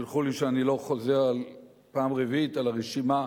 סלחו לי שאני לא חוזר פעם רביעית על הרשימה